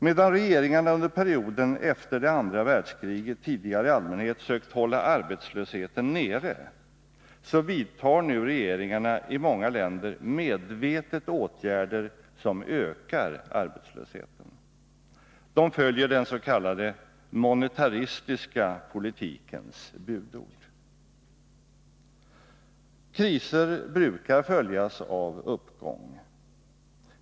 Medan regeringarna under perioden efter det andra världskriget tidigare i allmänhet sökt hålla arbetslösheten nere, vidtar nu regeringarna i många länder medvetet åtgärder som ökar arbetslösheten. De följer den s.k. monetaristiska politikens budord. Kriser brukar följas av uppgång.